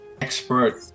expert